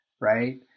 Right